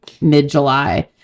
mid-July